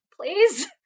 Please